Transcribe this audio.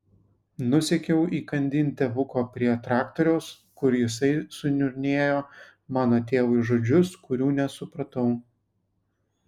nusekiau įkandin tėvuko prie traktoriaus kur jisai suniurnėjo mano tėvui žodžius kurių nesupratau